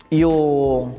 yung